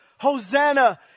Hosanna